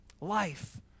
Life